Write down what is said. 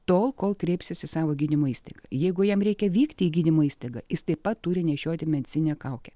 tol kol kreipsis į savo gydymo įstaigą jeigu jam reikia vykti į gydymo įstaigą jis taip pat turi nešioti medicininę kaukę